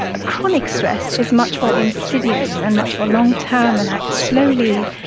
a chronic stress is much more insidious and much more long term and acts slowly,